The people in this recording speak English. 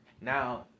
Now